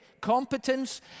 Competence